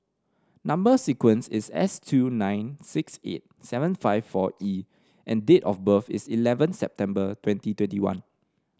number sequence is S two nine six eight seven five four E and date of birth is eleven September twenty twenty one